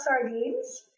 sardines